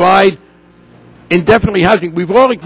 provide indefinitely housing we've